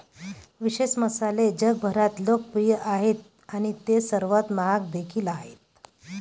विशेष मसाले जगभरात लोकप्रिय आहेत आणि ते सर्वात महाग देखील आहेत